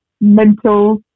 mental